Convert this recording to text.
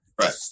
Right